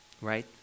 Right